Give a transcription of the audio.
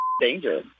danger